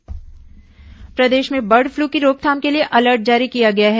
bird flu प्रदेश में bird flu की रोकथाम के लिए अलर्ट जारी किया गया है